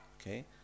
Okay